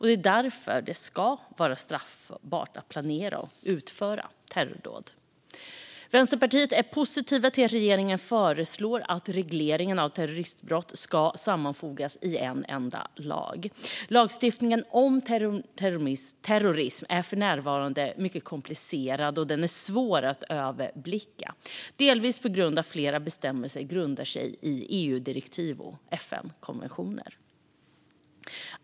Det är därför det ska vara straffbart att planera och utföra terrordåd. Vi i Vänsterpartiet är positiva till att regeringen föreslår att regleringen av terroristbrott ska sammanfogas i en enda lag. Lagstiftningen om terrorism är för närvarande mycket komplicerad och svår att överblicka, delvis på grund av att flera bestämmelser grundar sig i EU-direktiv och FN-konventioner.